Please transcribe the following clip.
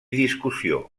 discussió